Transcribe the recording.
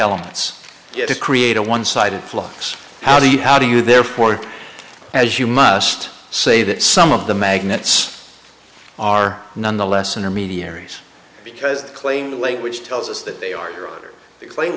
elements to create a one sided flux how do you how do you therefore as you must say that some of the magnets are nonetheless intermediaries because the claim the language tells us that they are